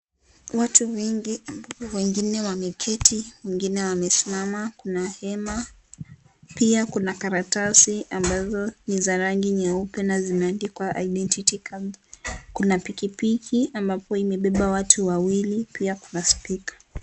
Watu mingi, wengine wameketi mwingine amesimama, Kuna hema pia Kuna karatasi ambazo ni za rangi nyeupe na zimeandikwa Identify camp . Kuna piki piki ambapo imebeba watu wawili pia Kuna speaker